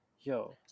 Yo